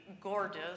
gorgeous